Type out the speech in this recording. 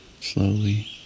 slowly